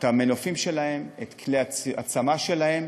ואת המנופים שלהם ואת כלי הצמ"ה שלהם